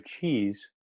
Cheese